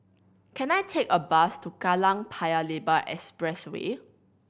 can I take a bus to Kallang Paya Lebar Expressway